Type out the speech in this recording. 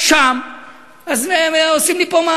עכשיו הוא נסגר, בקדנציה שלכם.